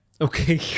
Okay